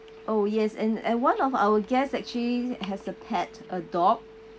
oh yes and and one of our guest actually has a pet dog